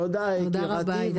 תודה רבה.